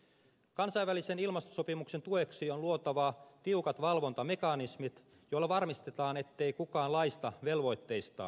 kansainvälisen ilmastosopimuksen tueksi on luotava tiukat valvontamekanismit joilla varmistetaan ettei kukaan laista velvoitteistaan